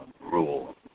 rule